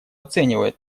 оценивает